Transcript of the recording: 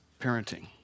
parenting